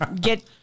get